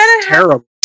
terrible